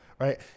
Right